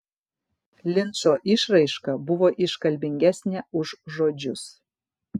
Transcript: linčo išraiška buvo iškalbingesnė už žodžius